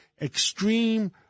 extreme